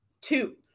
two